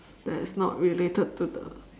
that's not related to the